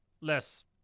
less